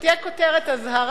שתהיה כותרת אזהרה,